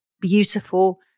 beautiful